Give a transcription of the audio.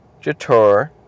Jator